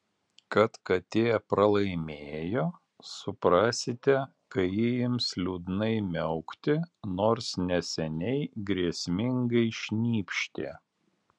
kad katė pralaimėjo suprasite kai ji ims liūdnai miaukti nors neseniai grėsmingai šnypštė